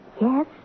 Yes